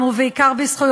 האזרחית.